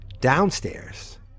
downstairs